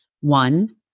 One